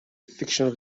fictional